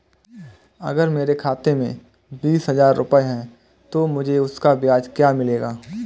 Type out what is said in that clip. अगर मेरे खाते में बीस हज़ार रुपये हैं तो मुझे उसका ब्याज क्या मिलेगा?